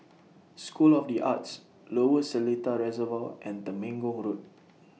School of The Arts Lower Seletar Reservoir and Temenggong Road